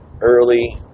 early